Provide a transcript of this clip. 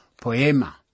poema